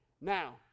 Now